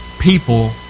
people